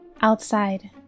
Outside